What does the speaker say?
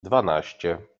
dwanaście